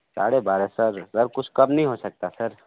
साढ़े बारह sir sir कुछ कम नहीं हो सकता सर